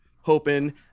hoping